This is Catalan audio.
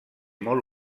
molt